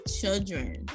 children